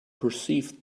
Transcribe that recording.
perceived